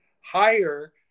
higher